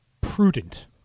prudent